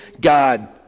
God